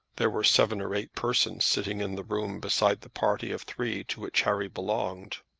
there were seven or eight persons sitting in the room besides the party of three to which harry belonged.